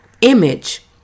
image